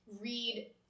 read